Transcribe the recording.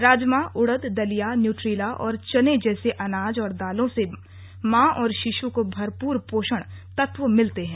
राजमा उड़द दलिया न्यूट्रीला और चने जैसे अनाज और दालों से मां और शिश् को भरपूर पोषक तत्व मिलते हैं